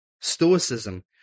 Stoicism